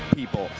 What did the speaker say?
people.